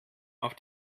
auf